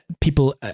people